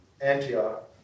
Antioch